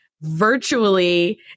virtually